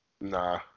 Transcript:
Nah